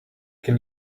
can